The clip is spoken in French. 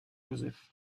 joseph